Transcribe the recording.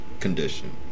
Condition